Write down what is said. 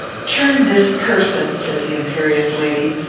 turn this person, said the imperious lady,